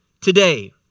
today